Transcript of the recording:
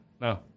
No